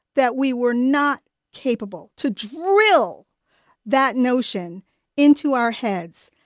that we were not capable to drill that notion into our heads.